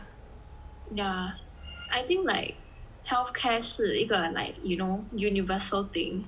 yeah I think like health care 是一个 like you know universal thing